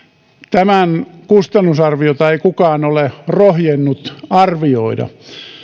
tämän kustannusarviota ei kukaan ole rohjennut arvioida